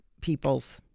peoples